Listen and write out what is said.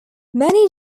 many